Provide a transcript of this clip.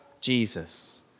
Jesus